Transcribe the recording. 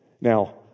Now